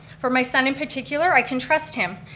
for my son in particular, i can trust him.